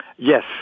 Yes